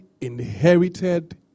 inherited